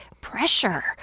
pressure